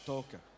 Toca